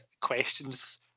questions